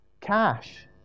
Cash